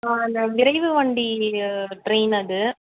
so அந்த விரைவு வண்டி ட்ரெயின் அது